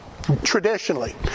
traditionally